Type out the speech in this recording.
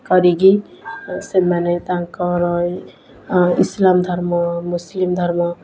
କରିକି ସେମାନେ ତାଙ୍କର ଇସଲାମ୍ ଧର୍ମ ମୁସଲିମ୍ ଧର୍ମ